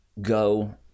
go